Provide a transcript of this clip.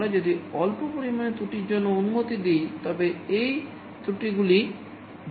আমরা যদি অল্প পরিমাণে ত্রুটির জন্য অনুমতি দিই তবে এই ত্রুটিগুলি যুক্ত হতে থাকবে